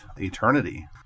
eternity